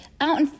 out